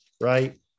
right